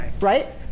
Right